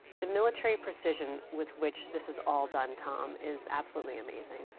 the military precision with which this is all done but um is absolutely amazing.